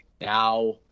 now